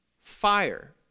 fire